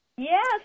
Yes